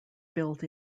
built